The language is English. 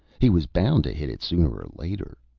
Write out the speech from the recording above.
he was bound to hit it sooner or later.